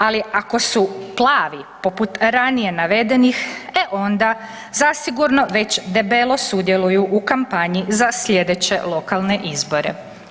Ali ako su plavi poput ranije navedenih e onda zasigurno već debelo sudjeluju u kampanji za slijedeće lokalne izbore.